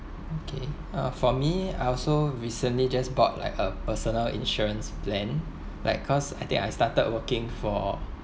okay uh for me I also recently just bought like a personal insurance plan like cause I think I started working for